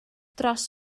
dros